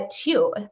Two